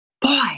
boy